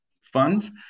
funds